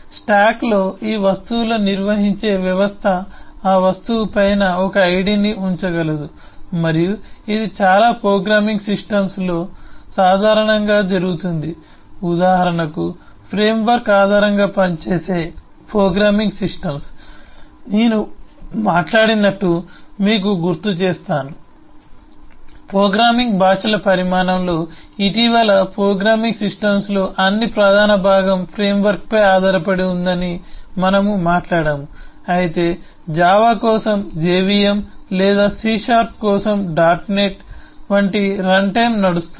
స్టాక్లో ఈ వస్తువులను నిర్వహించే వ్యవస్థ ఆ వస్తువు పైన ఒక ఐడిని ఉంచగలదు మరియు ఇది చాలా ప్రోగ్రామింగ్ సిస్టమ్స్లో సాధారణంగా జరుగుతుంది ఉదాహరణకు ఫ్రేమ్వర్క్ ఆధారంగా పనిచేసే ప్రోగ్రామింగ్ సిస్టమ్స్ నేను మాట్లాడినట్లు మీకు గుర్తు చేస్తాను ప్రోగ్రామింగ్ భాషల పరిణామంలో ఇటీవలి ప్రోగ్రామింగ్ సిస్టమ్స్లో అన్ని ప్రధాన భాగం ఫ్రేమ్వర్క్పై ఆధారపడి ఉందని మనము మాట్లాడాము అయితే జావా కోసం జెవిఎం లేదా సి షార్ప్ కోసం డాట్ నెట్ వంటి రన్టైమ్ నడుస్తుంది